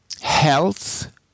Health